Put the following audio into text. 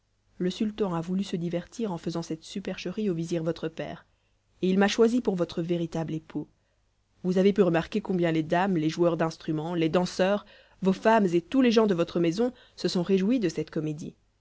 le sultan a voulu se divertir en faisant cette supercherie au vizir votre père et il m'a choisi pour votre véritable époux vous avez pu remarquer combien les dames les joueurs d'instruments les danseurs vos femmes et tous les gens de votre maison se sont réjouis de cette comédie